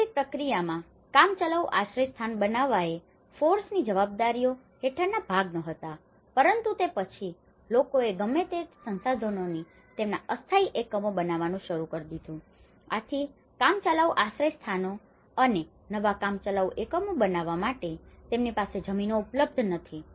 પ્રારંભિક પ્રક્રિયામાં કામચલાઉ આશ્રયસ્થાનો બનાવવાએ FORECની જવાબદારીઓ હેઠળના ભાગ ન હતા પરંતુ તે પછી લોકોએ ગમે તે સંસાધનોથી તેમના અસ્થાયી એકમો બનાવવાનું શરૂ કરી દીધું છે આથી કામચલાઉ આશ્રયસ્થાનો અને નવા કામચલાઉ એકમો બનાવવા માટે તેમની પાસે જમીનો ઉપલબ્ધ નથી